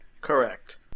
Correct